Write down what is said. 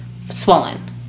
swollen